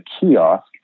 kiosk